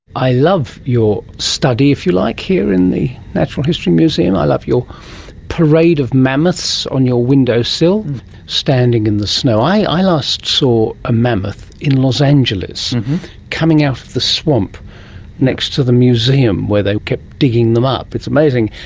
i love your study, if you like, here in the natural history museum, i love your parade of mammoths on your windowsill standing in the snow. i last saw a mammoth in los angeles coming out of the swamp next to the museum where they kept digging them up, it's amazing.